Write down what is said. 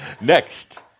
Next